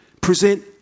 Present